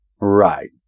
Right